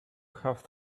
have